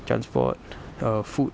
transport err food